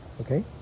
Okay